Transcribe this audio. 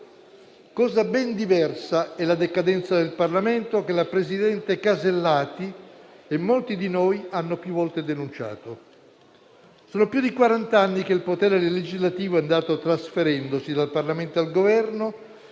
Cosa ben diversa è la decadenza del Parlamento, che la presidente Alberti Casellati e molti di noi hanno più volte denunciato. Sono più di quarant'anni che il potere legislativo è andato trasferendosi dal Parlamento al Governo